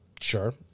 Sure